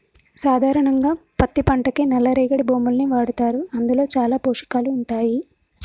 సాధారణంగా పత్తి పంటకి నల్ల రేగడి భూముల్ని వాడతారు అందులో చాలా పోషకాలు ఉంటాయి